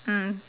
mm